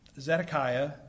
Zedekiah